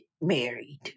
married